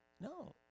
no